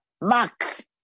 Mark